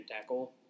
tackle